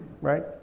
right